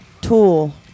Tool